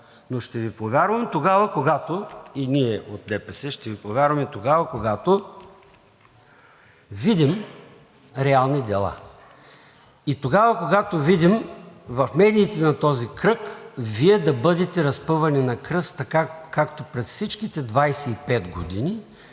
ДПС ще Ви повярваме тогава, когато видим реални дела. Тогава, когато видим в медиите на този кръг Вие да бъдете разпъвани на кръст така, както през всичките 25 години